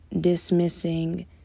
dismissing